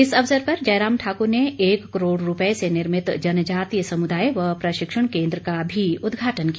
इस अवसर पर जयराम ठाकुर ने एक करोड़ रूपये से निर्मित जनजातीय समुदाय व प्रशिक्षण केन्द्र का भी उद्घाटन किया